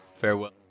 Farewell